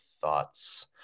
thoughts